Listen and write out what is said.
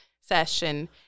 session